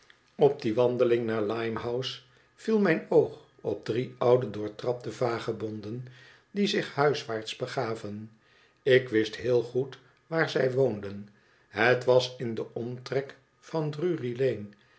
op die wandeling naar limehouse viel mijn oog op drie oude doortrapte vagebonden die zich huiswaarts begaven ik wist zeer goed waar zij woonden het was in den omtrek van drury